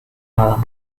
malam